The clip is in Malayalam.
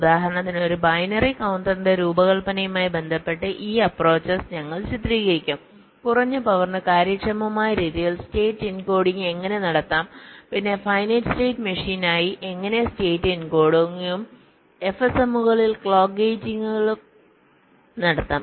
ഉദാഹരണത്തിന് ഒരു ബൈനറി കൌണ്ടറിന്റെ രൂപകൽപ്പനയുമായി ബന്ധപ്പെട്ട് ഈ അപ്പ്രോച്ച്സ് ഞങ്ങൾ ചിത്രീകരിക്കും കുറഞ്ഞ പവറിന് കാര്യക്ഷമമായ രീതിയിൽ സ്റ്റേറ്റ് എൻകോഡിംഗ് എങ്ങനെ നടത്താം പിന്നെ ഫൈനൈറ്റ് സ്റ്റേറ്റ് മെഷീനുകൾക്കായി എങ്ങനെ സ്റ്റേറ്റ് എൻകോഡിംഗും FSM കളിൽ ക്ലോക്ക് ഗേറ്റിംഗും നടത്താം